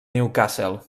newcastle